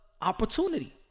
opportunity